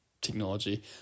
technology